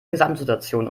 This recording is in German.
gesamtsituation